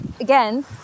again